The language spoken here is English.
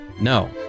No